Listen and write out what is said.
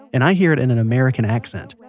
and i hear it in an american accent,